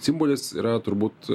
simbolis yra turbūt